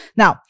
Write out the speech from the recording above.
now